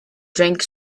drank